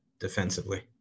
defensively